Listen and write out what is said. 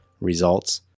Results